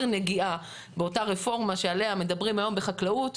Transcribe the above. נגיעה באותה רפורמה שעליה מדברים היום בחקלאות,